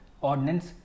ordinance